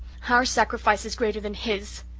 our sacrifice is greater than his,